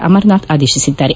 Amarnath ಆದೇತಿಸಿದ್ದಾರೆ